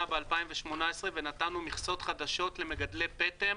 ב-2018 ונתנו מכסות חדשות למגדלי פטם